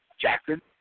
Jackson